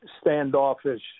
standoffish